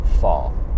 fall